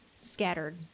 scattered